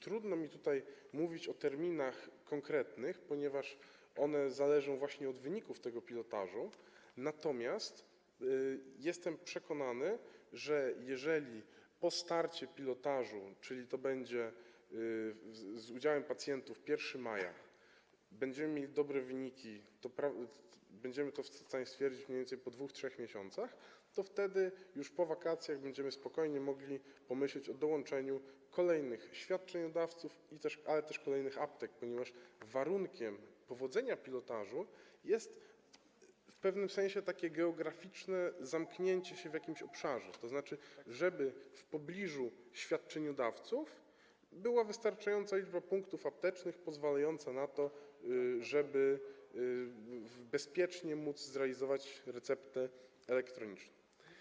Trudno mi tutaj mówić o konkretnych terminach, ponieważ one zależą właśnie od wyniku tego pilotażu, ale jestem przekonany, że jeżeli po starcie pilotażu - to będzie z udziałem pacjentów 1 maja - będziemy mieli dobre wyniki, będziemy to w stanie stwierdzić mniej więcej po 2–3 miesiącach, to wtedy już po wakacjach będziemy mogli spokojnie pomyśleć o dołączeniu kolejnych świadczeniodawców, ale też kolejnych aptek, ponieważ warunkiem powodzenia pilotażu jest w pewnym sensie takie geograficzne zamknięcie się w jakimś obszarze, tzn. żeby w pobliżu świadczeniodawców była wystarczająca liczba punktów aptecznych pozwalająca na to, żeby bezpiecznie móc zrealizować receptę elektroniczną.